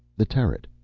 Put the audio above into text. the turret.